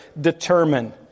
determine